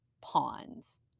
pawns